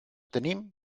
tenim